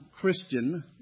Christian